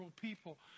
people